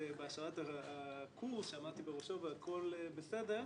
בהשראת הקורס שעמדתי בראשו והכול בסדר,